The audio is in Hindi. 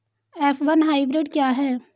एफ वन हाइब्रिड क्या है?